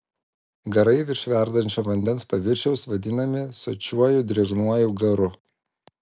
garai virš verdančio vandens paviršiaus vadinami sočiuoju drėgnuoju garu